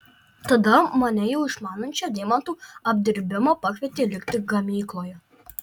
tada mane jau išmanančią deimantų apdirbimą pakvietė likti gamykloje